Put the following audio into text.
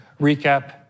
recap